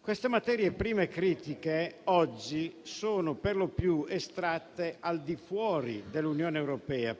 Queste materie prime critiche oggi sono per lo più estratte al di fuori dell'Unione europea.